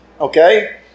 okay